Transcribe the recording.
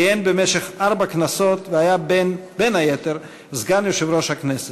כיהן במשך ארבע כנסות והיה בין היתר סגן יושב-ראש הכנסת.